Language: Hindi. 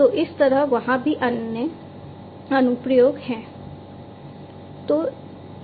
तो इस तरह वहाँ भी अन्य अन्य अनुप्रयोग हैं